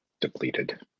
depleted